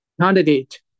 candidate